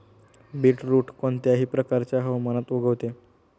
beetroot कोणत्याही प्रकारच्या हवामानात उगवते